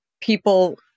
people